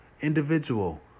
individual